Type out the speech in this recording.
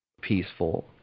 peaceful